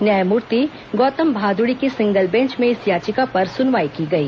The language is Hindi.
न्यायमूर्ति गौतम भादुड़ी की सिंगल बेंच में इस याचिका पर सुनवाई की गई